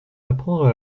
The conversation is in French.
apprendre